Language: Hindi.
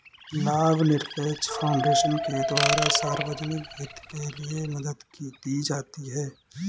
लाभनिरपेक्ष फाउन्डेशन के द्वारा सार्वजनिक हित के लिये मदद दी जाती है